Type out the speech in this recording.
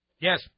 Yes